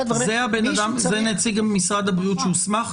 זה נציג משרד הבריאות שהוסמך?